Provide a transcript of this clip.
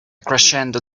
crescendo